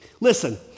Listen